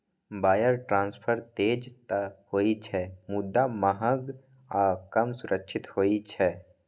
wire transfer तेज तं होइ छै, मुदा महग आ कम सुरक्षित होइ छै